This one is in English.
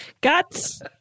Guts